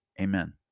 Amen